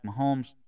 Mahomes